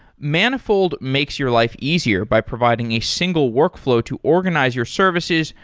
manifold makes your life easier by providing a single workflow to organize your services,